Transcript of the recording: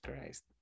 Christ